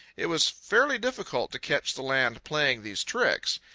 it was fairly difficult to catch the land playing these tricks.